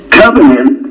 covenant